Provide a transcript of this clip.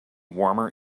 warmer